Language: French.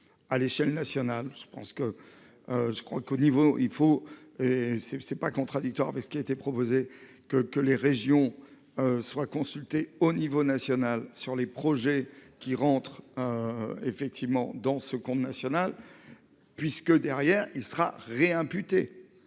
à l'échelle nationale. Je pense que. Je crois qu'au niveau il faut et c'est c'est pas contradictoire avec ce qui a été proposé que que les régions. Soient consultés au niveau national sur les projets qui rentre. Effectivement dans ce conte nationale. Puisque derrière il sera ré-imputés.